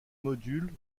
module